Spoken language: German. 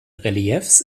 reliefs